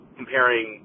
comparing